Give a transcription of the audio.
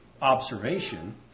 observation